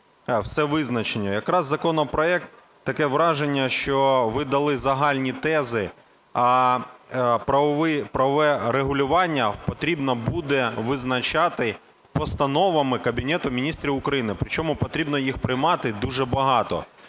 все визначено. Якраз законопроект, таке враження, що ви дали загальні тези, а правове регулювання потрібно буде визначати постановами Кабінету Міністрів України. Причому потрібно їх приймати дуже багато.